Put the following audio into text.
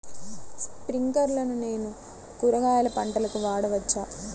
స్ప్రింక్లర్లను నేను కూరగాయల పంటలకు వాడవచ్చా?